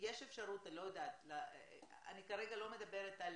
שיש אפשרות, לא יודעת, אני כרגע לא מדברת על